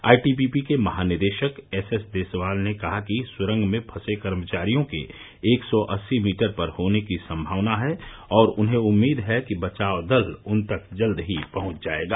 ITBP के महानिदेशक S S Deswal ने कहा कि सुरंग में फंसे कर्मचारियों के एक सौ अस्सी मीटर पर होने की संभावना है और उन्हें उम्मीद है कि बचाव दल उन तक जल्द ही पहुंच जाएगा